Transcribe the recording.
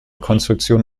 konstruktion